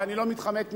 ואני לא מתחמק מזה,